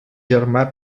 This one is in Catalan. germà